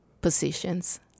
positions